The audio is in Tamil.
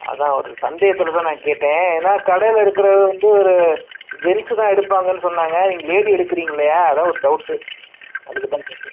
அதுதான் ஒரு சந்தேகத்தில் தான் நான் கேட்டேன் ஏனா கடையில் இருக்கிறது வந்து ஒரு ஜென்ஸு தான் எடுப்பாங்கனு சொன்னாங்க நீங்கள் லேடி எடுக்கிறீங்கள அதான் ஒரு டவுட்டு அதுக்கு தான் கேட்டேன்